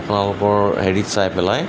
আপোনালোকৰ হেৰিত চাই পেলাই